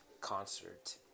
concert